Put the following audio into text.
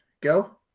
go